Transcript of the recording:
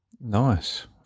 Nice